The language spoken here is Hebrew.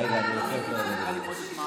אנחנו עשינו".